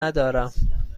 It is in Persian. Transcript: ندارم